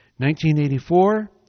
1984